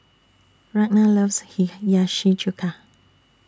Ragna loves Hiyashi Chuka